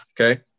okay